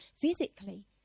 physically